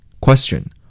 Question